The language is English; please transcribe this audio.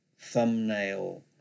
thumbnail